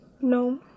No